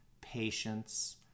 patience